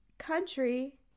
Country